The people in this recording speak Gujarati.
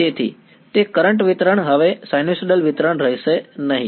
તેથી તે કરંટ વિતરણ હવે સાઈનુસોઇડલ વિતરણ રહેશે નહીં